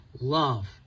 love